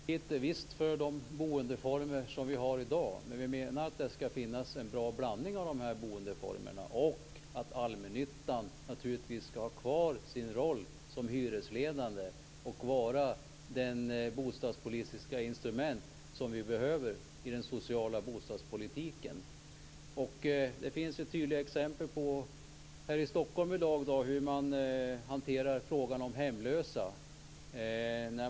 Herr talman! Vänsterpartiet är visst för de boendeformer som vi har i dag, men vi menar att det skall finnas en bra blandning av de här boendeformerna och att allmännyttan naturligtvis skall ha kvar sin roll som hyresledande och vara det bostadspolitiska instrument som vi behöver i den sociala bostadspolitiken. Det finns tydliga exempel i Stockholm i dag på hur man hanterar frågan om hemlösa.